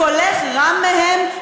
קולך רם מהם,